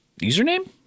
username